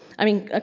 i mean, ah